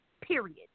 period